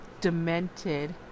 demented